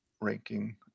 ranking